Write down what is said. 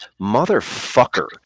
motherfucker